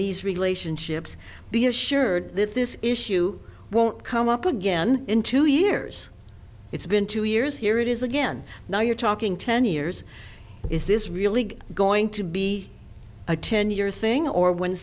these relationships be assured that this issue won't come up again in two years it's been two years here it is again now you're talking ten years is this really going to be a ten year thing or when